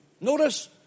Notice